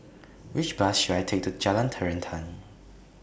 Which Bus should I Take to Jalan Terentang